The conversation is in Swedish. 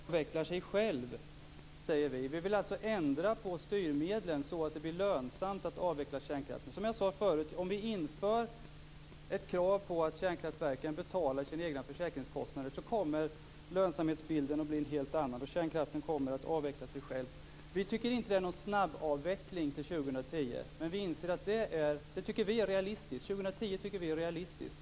Fru talman! Bra kärnkraft avvecklar sig själv, säger vi. Vi vill alltså ändra på styrmedlen så att det blir lönsamt att avveckla kärnkraften. Som jag sade förut: Om vi inför ett krav på att kärnkraftverken betalar sina egna försäkringskostnader kommer lönsamhetsbilden att bli en helt annan. Kärnkraften kommer att avveckla sig själv. Vi tycker inte att det är någon snabbavveckling att göra detta till 2010. Men vi tycker att det är realistiskt. 2010 tycker vi är realistiskt.